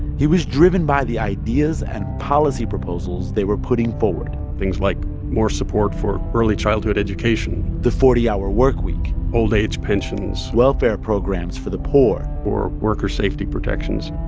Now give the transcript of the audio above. he was driven by the ideas and policy proposals they were putting forward things like more support for early childhood education the forty hour workweek old age pensions welfare programs for the poor or worker safety protections.